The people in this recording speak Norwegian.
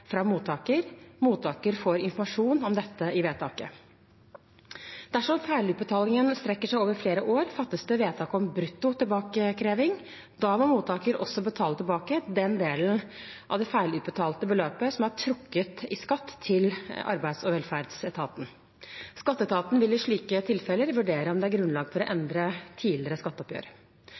fra mottaker. Mottaker får informasjon om dette i vedtaket. Dersom feilutbetalingen strekker seg over flere år, fattes det vedtak om brutto tilbakekreving. Da må mottaker også betale tilbake den delen av det feilutbetalte beløpet som er trukket i skatt, til arbeids- og velferdsetaten. Skatteetaten vil i slike tilfeller vurdere om det er grunnlag for å endre tidligere skatteoppgjør.